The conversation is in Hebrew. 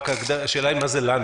רק השאלה מה זה "לנו"?